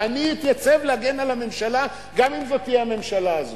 ואני אתייצב להגן על הממשלה גם אם זאת תהיה הממשלה הזאת.